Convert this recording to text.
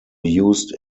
used